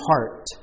heart